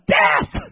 death